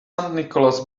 nicholas